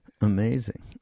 Amazing